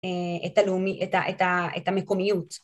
את הלאומי, את המקומיות